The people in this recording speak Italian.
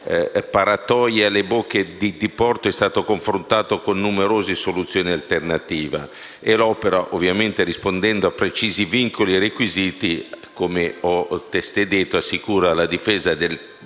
paratoie alle bocche di porto è stato confrontato con numerose soluzioni alternative. L'opera, rispondendo a precisi vincoli e requisiti, come ho testé detto, assicura la difesa del territorio